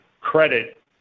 credit